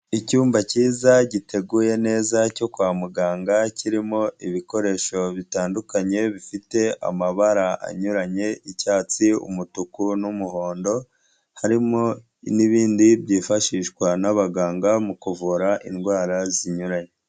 Icyumba cyiza giteguye neza cyo kwa muganga kirimo ibikoresho bitandukanye bifite amabara anyuranye icyatsi, umutuku n'umuhondo, harimo n'ibindi byifashishwa n'abaganga mu kuvura indwara zinyuranye.